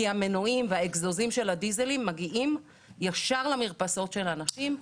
המנועים והאגזוזים של הדיזל מגיעים ישר למרפסות של האנשים.